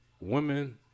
women